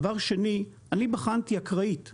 דבר שני, אני בחנתי אקראית מ-2008,